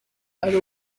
ari